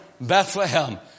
Bethlehem